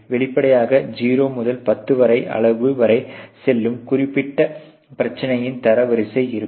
வெளிப்படையாக 0 முதல் 10 அளவு வரை செல்லும் குறிப்பிட்ட பிரச்சனையின் தரவரிசை இருக்கும்